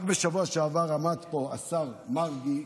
רק בשבוע שעבר עמד פה השר מרגי,